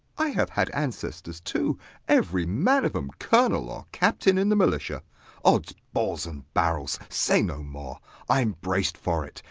i have had ancestors too every man of em colonel or captain in the militia odds balls and barrels! say no more i'm braced for it.